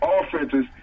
offenses